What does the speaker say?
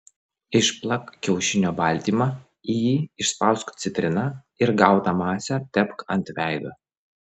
išplak kiaušinio baltymą į jį išspausk citriną ir gautą masę tepk ant veido